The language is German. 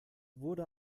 wurde